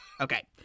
Okay